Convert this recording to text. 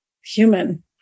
human